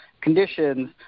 conditions